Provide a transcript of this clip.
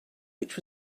which